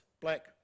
black